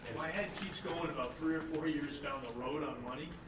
my head keeps going about three or four years down the road on money.